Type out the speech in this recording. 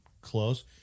close